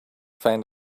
find